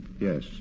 Yes